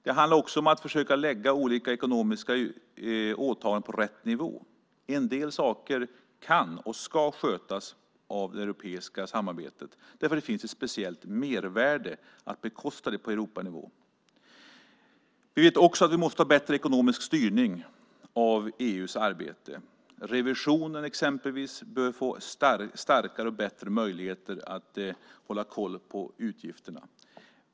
Det handlar också om att försöka lägga olika ekonomiska åtaganden på rätt nivå. En del saker kan, och ska, skötas av det europeiska samarbetet därför att det finns ett speciellt mervärde i att bekosta det på Europanivå. Vi vet också att vi måste ha bättre ekonomisk styrning av EU:s arbete. Till exempel bör revisionen få starkare och bättre möjligheter att hålla koll på utgifterna.